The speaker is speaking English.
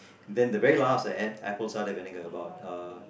then the very last I add apple cidar vinegar about uh